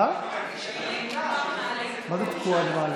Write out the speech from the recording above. מה זה תקוע במעלית?